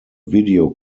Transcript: video